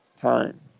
time